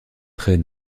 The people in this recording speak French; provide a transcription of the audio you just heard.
trait